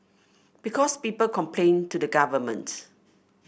because people complain to the government